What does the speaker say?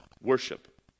worship